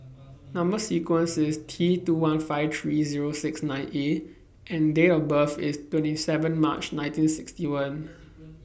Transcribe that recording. Number sequence IS T two one five three Zero six nine A and Date of birth IS twenty seven March nineteen sixty one